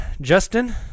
Justin